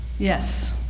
Yes